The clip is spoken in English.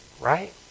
Right